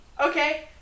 Okay